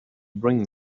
bring